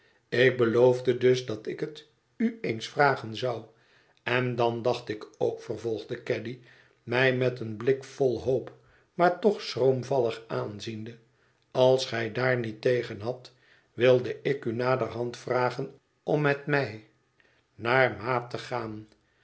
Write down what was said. ik beloofde dus dat ik het u eens vragen zou en dan dacht ik ook vervolgde caddy mij met een blik vol hoop maar toch schroomvallig aanziende als gij daar niet tegen hadt wilde ik u naderhand vragen om met mij naar ma te gaan